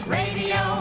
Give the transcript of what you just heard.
radio